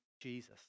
Jesus